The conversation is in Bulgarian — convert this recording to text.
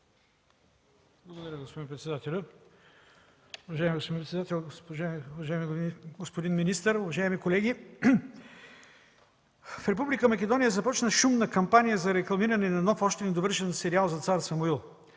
Уважаеми господин председател, уважаеми господин министър, уважаеми колеги! В Република Македония започна шумна кампания за рекламиране на нов и още недовършен сериал за цар Самуил.